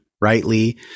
rightly